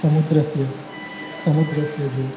समुद्रस्य समुद्रस्य व्ह्यू